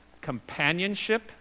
companionship